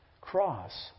cross